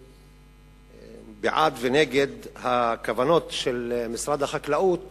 בעד ונגד הכוונות של משרד החקלאות